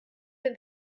dem